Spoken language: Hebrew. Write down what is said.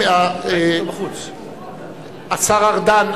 השר ארדן,